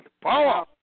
power